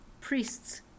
priests